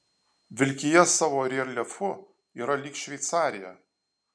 vilkija savo reljefu yra lyg šveicarija